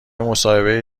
مصاحبه